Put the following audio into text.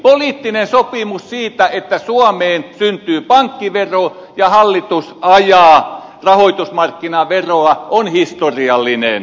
poliittinen sopimus siitä että suomeen syntyy pankkivero ja hallitus ajaa rahoitusmarkkinaveroa on historiallinen